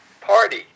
Party